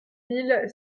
mille